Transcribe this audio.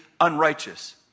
unrighteous